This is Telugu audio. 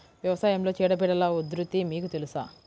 వ్యవసాయంలో చీడపీడల ఉధృతి మీకు తెలుసా?